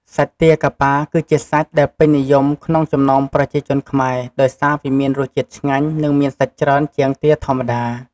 សាច់ទាកាប៉ា គឺជាសាច់ដែលពេញនិយមក្នុងចំណោមប្រជាជនខ្មែរ ដោយសារវាមានរសជាតិឆ្ងាញ់ និងមានសាច់ច្រើនជាងទាធម្មតា។